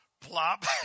plop